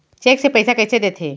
Cheque से पइसा कइसे देथे?